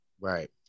Right